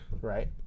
Right